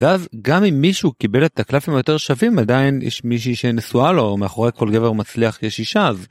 ואז גם אם מישהו קיבל את הקלפים היותר שווים, עדיין יש מישהי שנשואה לו, או מאחורי כל גבר מצליח יש אישה.